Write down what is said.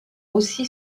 aussi